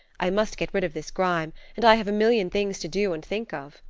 i must get rid of this grime, and i have a million things to do and think of.